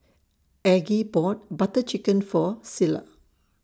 Aggie bought Butter Chicken For Cilla